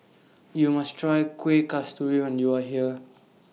YOU must Try Kueh Kasturi when YOU Are here